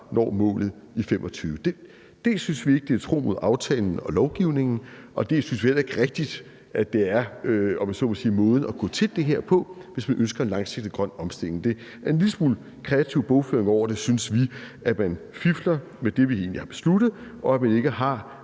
når målet i 2025. Det synes vi ikke er at være tro mod aftalen og lovgivningen, og det synes vi heller ikke rigtigt er måden at gå til det her på, hvis man ønsker en langsigtet grøn omstilling. Der er en lille smule kreativ bogføring over det, synes vi; man fifler med det, som vi egentlig har besluttet, og man har